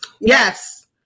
Yes